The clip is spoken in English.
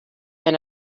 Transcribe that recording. and